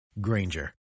Granger